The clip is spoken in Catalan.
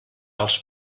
als